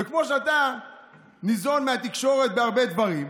וכמו שאתה ניזון מהתקשורת בהרבה דברים,